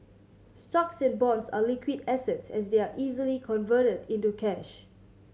stocks and bonds are liquid assets as they are easily converted into cash